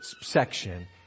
section